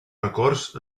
records